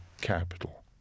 capital